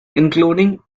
including